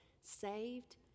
saved